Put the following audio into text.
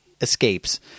escapes